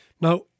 Now